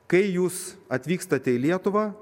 kai jūs atvykstate į lietuvą